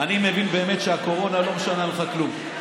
אני מבין, באמת, שהקורונה לא משנה לך כלום.